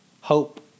Hope